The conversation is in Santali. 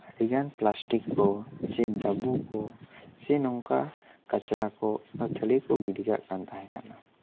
ᱟᱹᱰᱤᱜᱟᱱ ᱯᱞᱟᱥᱴᱤᱠ ᱠᱚ ᱥᱮ ᱰᱟᱹᱵᱩ ᱠᱚ ᱥᱮ ᱱᱚᱝᱠᱟ ᱠᱟᱪᱨᱟ ᱠᱚ ᱟᱹᱛᱷᱟᱹᱲᱤ ᱠᱚ ᱜᱤᱰᱤ ᱠᱟᱜ ᱠᱟᱱ ᱛᱟᱦᱮᱸ ᱠᱟᱱᱟ